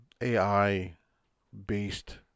AI-based